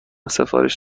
سفارش